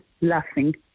laughing